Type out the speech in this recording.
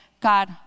God